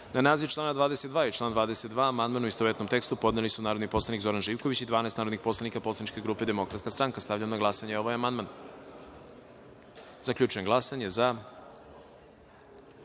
naziv člana 22. i član 22. amandman, u istovetnom tekstu, podneli su narodni poslanik Zoran Živković i 12 narodnih poslanika poslaničke grupe DS.Stavljam na glasanje ovaj amandman. Zaključujem glasanje: za